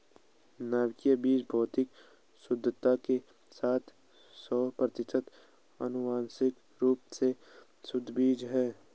नाभिकीय बीज भौतिक शुद्धता के साथ सौ प्रतिशत आनुवंशिक रूप से शुद्ध बीज है